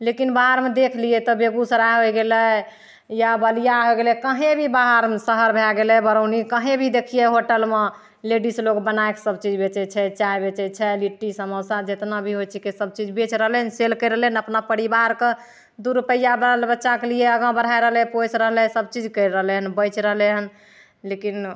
लेकिन बाहरमे देखि लिए तऽ बेगूसराय होइ गेलै या बलिया होइ गेलै कहीँ भी बाहरमे शहर भै गेलै बरौनी कहीँ भी देखिए होटलमे लेडिज लोक बनैके सबचीज बेचै छै चाइ बेचै छै लिट्टी समोसा जतना भी होइ छिकै सबचीज बेचि रहलै हँ सेल करि रहलै हँ अपना परिवारके दुइ रुपैआ बाल बच्चाके लिए आगाँ बढ़ै रहलै पोसि रहलै सबचीज करि रहलै हँ बेचि रहलै हँ लेकिन